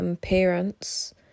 parents